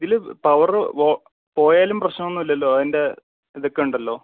ഇല്ല പവറ് പോയാലും പ്രശ്നം ഒന്നും ഇല്ലല്ലോ അതിന്റെ ഇത് ഒക്കെ ഉണ്ടല്ലോ